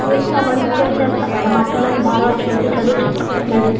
ఎక్కువ amount pay చేస్తా madam మా పిల్లల్ని బాగా చూసి చదువు చెప్పాలి మేడం